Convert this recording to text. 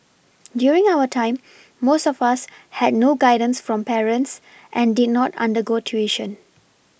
during our time most of us had no guidance from parents and did not undergo tuition